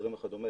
אסירים וכדומה.